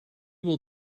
will